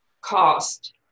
cost